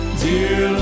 dear